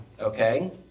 okay